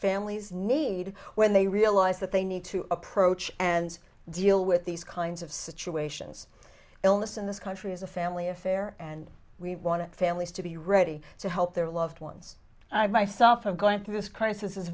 families need when they realize that they need to approach and deal with these kinds of situations illness in this country is a family affair and we want to families to be ready to help their loved ones i myself have gone through this crisis as